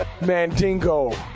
Mandingo